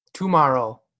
Tomorrow